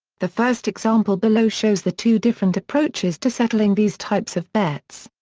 the first example below shows the two different approaches to settling these types of bets.